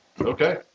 Okay